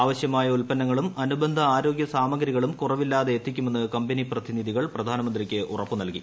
ആവശ്യമായ ഉൽപ്പന്നങ്ങളും അനുബന്ധ ആരോഗ്യ സാമഗ്രികളും കുറവില്ലാതെ എത്തിക്കുമെന്ന് കമ്പനി പ്രതിനിധികൾ പ്രധാനമന്ത്രിക്ക് ഉറപ്പു നൽകി